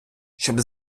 щоб